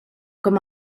com